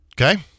Okay